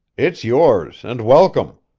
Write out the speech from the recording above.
it's yours, and welcome.